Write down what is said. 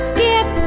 Skip